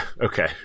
okay